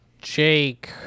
Jake